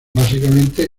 básicamente